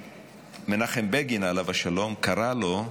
מנחם בגין עליו השלום קרא לו,